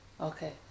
okay